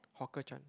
Hawker Chan